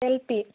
এলপিত